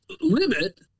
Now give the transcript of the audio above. limit